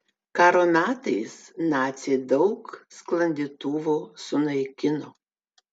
karo metais naciai daug sklandytuvų sunaikino